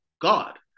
god